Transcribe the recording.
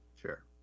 Sure